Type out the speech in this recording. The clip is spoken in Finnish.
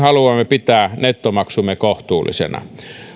haluamme pitää nettomaksumme kohtuullisena